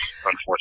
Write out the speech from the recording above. unfortunately